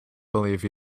believe